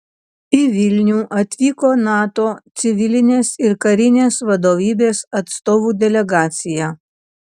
į vilnių atvyko nato civilinės ir karinės vadovybės atstovų delegacija